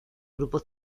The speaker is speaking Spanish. grupo